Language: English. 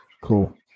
Cool